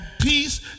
peace